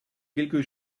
quelque